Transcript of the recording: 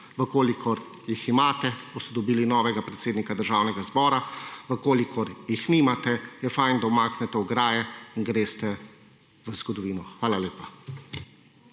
kolikor jih imate boste dobili novega predsednika Državnega zbora. V kolikor jih nimate je fajn, da umaknete ograje in greste v zgodovino. Hvala lepa.